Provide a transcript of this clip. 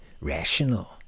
rational